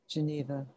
Geneva